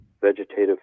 vegetative